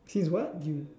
he's what you